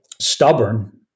stubborn